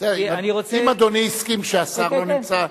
אם אדוני הסכים כשהשר לא נמצא,